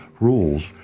rules